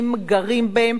גרים בהם,